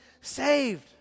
saved